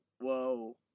whoa